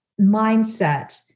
mindset